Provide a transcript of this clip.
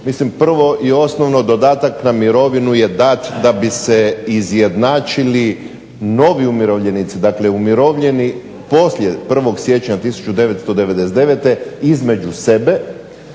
Mislim prvo i osnovno dodatak na mirovinu je dat da bi se izjednačili novi umirovljenici, dakle umirovljeni poslije 1. siječnja 1999. između sebe